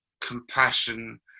compassion